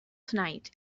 tonight